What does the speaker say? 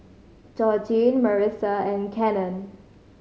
Georgine Marisa and Cannon